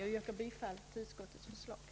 Jag ber att få yrka bifall till utskottets hemställan.